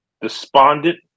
despondent